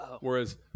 Whereas